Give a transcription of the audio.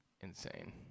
Insane